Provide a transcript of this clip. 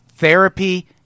Therapy